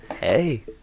Hey